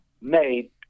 made